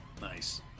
nice